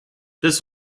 this